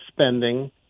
spending